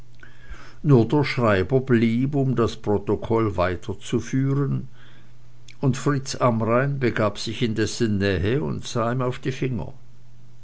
nur der schreiber blieb um das protokoll weiterzuführen und fritz amrain begab sich in dessen nähe und sah ihm auf die finger